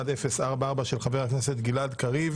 של חבר הכנסת גלעד קריב